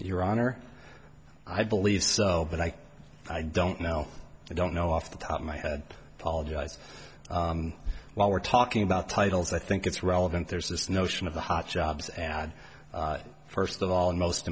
your honor i believe so but i don't know i don't know off the top of my head apologize while we're talking about titles i think it's relevant there's this notion of the hot jobs ad first of all and most